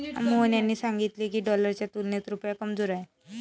मोहन यांनी सांगितले की, डॉलरच्या तुलनेत रुपया कमजोर आहे